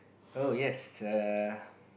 oh yes err